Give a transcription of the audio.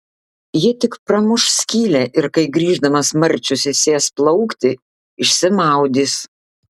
ji tik pramuš skylę ir kai grįždamas marčius įsės plaukti išsimaudys